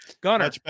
Gunner